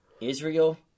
Israel